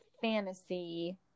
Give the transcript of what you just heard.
fantasy